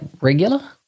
regular